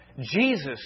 Jesus